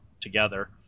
together